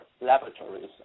laboratories